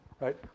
Right